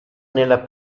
nella